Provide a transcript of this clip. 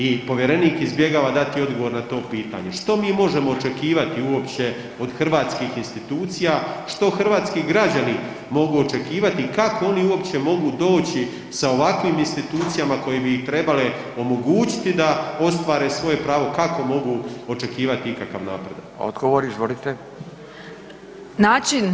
I povjerenik izbjegava dati odgovor na to pitanje, što mi možemo očekivati uopće od hrvatskih institucija, što hrvatski građani mogu očekivati i kako oni uopće mogu doći sa ovakvim institucijama koje bi trebale omogućiti da ostvare svoje pravo, kako mogu očekivati ikakav napredak?